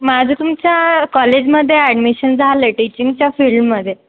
माझं तुमच्या कॉलेजमध्ये ॲडमिशन झालं टीचिंगच्या फील्डमध्ये